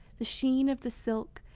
the sheen of the silk,